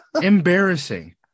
embarrassing